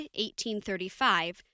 1835